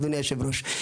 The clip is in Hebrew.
אדוני היו"ר.